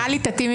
משהו ולא ידעתי?